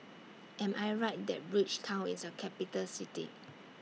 Am I Right that Bridgetown IS A Capital City